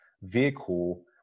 vehicle